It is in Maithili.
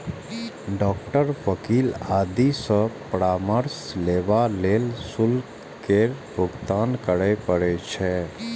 डॉक्टर, वकील आदि सं परामर्श लेबा लेल शुल्क केर भुगतान करय पड़ै छै